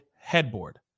headboard